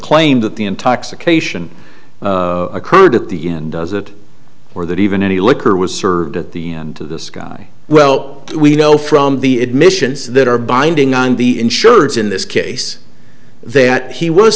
claim that the intoxication occurred at the end does it or that even any liquor was served at the end of the sky well we know from the admissions that are binding on the insureds in this case that he was